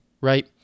right